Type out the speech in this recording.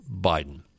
Biden